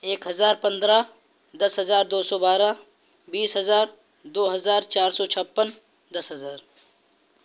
ایک ہزار پندرہ دس ہزار دو سو بارہ بیس ہزار دو ہزار چار سو چھپن دس ہزار